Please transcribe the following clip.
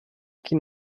chi